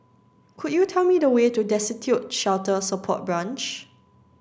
could you tell me the way to Destitute Shelter Support Branch